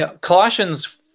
Colossians